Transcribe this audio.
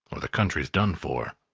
or the country's done for.